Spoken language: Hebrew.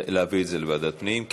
להעביר לוועדת פנים?